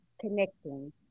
connecting